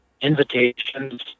invitations